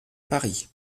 paris